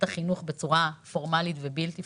החינוך בצורה פורמאלית ובלתי פורמאלית.